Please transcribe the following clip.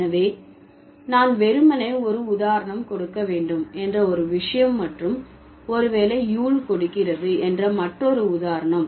எனவே நான் வெறுமனே ஒரு உதாரணம் கொடுக்க வேண்டும் என்ற ஒரு விஷயம் மற்றும் ஒரு வேளை யூல் கொடுக்கிறது என்ற மற்றொரு உதாரணம்